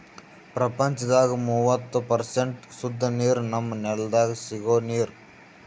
ಪ್ರಪಂಚದಾಗ್ ಮೂವತ್ತು ಪರ್ಸೆಂಟ್ ಸುದ್ದ ನೀರ್ ನಮ್ಮ್ ನೆಲ್ದಾಗ ಸಿಗೋ ನೀರ್